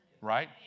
Right